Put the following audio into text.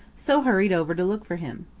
so hurried over to look for him.